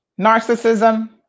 Narcissism